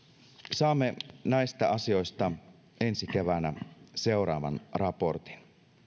saamme näistä asioista ensi keväänä seuraavan raportin